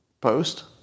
post